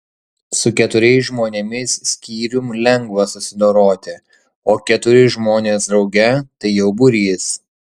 su keturiais žmonėmis skyrium lengva susidoroti o keturi žmonės drauge tai jau būrys